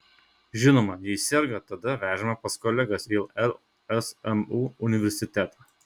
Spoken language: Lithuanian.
žinoma jei serga tada vežame pas kolegas į lsmu universitetą